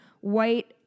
white